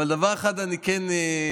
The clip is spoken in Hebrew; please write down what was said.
אבל דבר אחד אני כן חושב,